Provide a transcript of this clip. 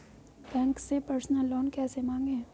Bank से personal loan कैसे मांगें?